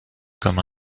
comme